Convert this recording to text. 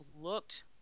looked